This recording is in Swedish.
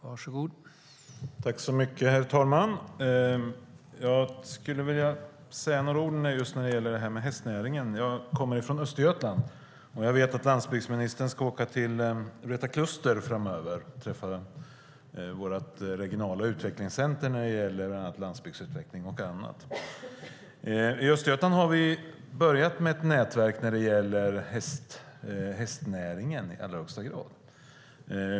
Herr talman! Jag skulle vilja säga några ord om hästnäringen. Jag kommer från Östergötland, och jag vet att landsbygdsministern ska åka till Vreta Kluster framöver och träffa vårt regionala utvecklingscenter när det gäller landsbygdsutveckling och annat. I Östergötland har vi börjat med ett nätverk för hästnäringen i allra högsta grad.